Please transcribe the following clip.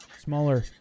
smaller